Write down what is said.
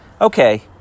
okay